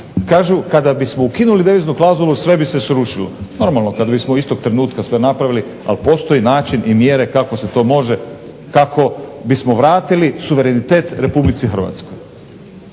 kažu kada bismo ukinuli deviznu klauzulu sve bi se srušilo. Normalno kad bismo istog trenutka sve napravili, ali postoji način i mjere kako se to može, kako bismo vratili suverenitet RH.